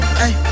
hey